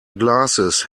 glasses